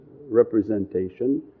representation